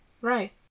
Right